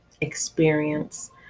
experience